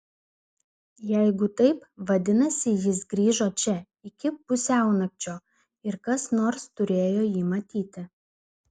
jeigu taip vadinasi jis grįžo čia iki pusiaunakčio ir kas nors turėjo jį matyti